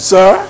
Sir